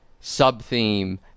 Sub-theme